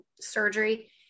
surgery